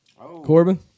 Corbin